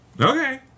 Okay